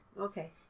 Okay